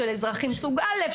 של אזרחים סוג א',